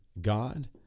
God